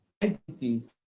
entities